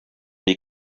les